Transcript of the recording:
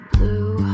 Blue